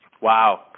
Wow